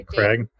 Craig